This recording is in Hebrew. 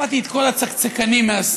שמעתי את כל הצקצקנים מהשמאל,